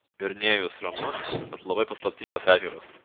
verniejus ramus bet labai paslaptingas ežeras